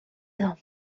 dos